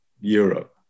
Europe